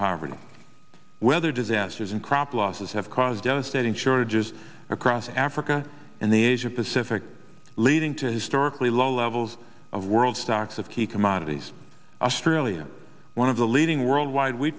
poverty weather disasters and crop losses have caused devastating shortages across africa and the asia pacific leading to historically low levels of world stocks of key commodities australia one of the leading worldwide we